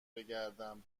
بگردم